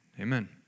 amen